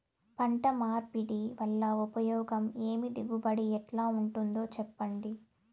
పంట మార్పిడి వల్ల ఉపయోగం ఏమి దిగుబడి ఎట్లా ఉంటుందో చెప్పండి?